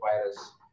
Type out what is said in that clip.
virus